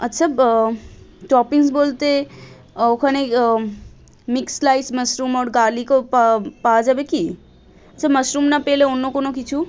আচ্ছা টপিংস বলতে ওখানে মিক্স রাইস মাশরুম অর গার্লিকও পাওয়া যাবে কি আচ্ছা মাশরুম না পেলে অন্য কোনো কিছু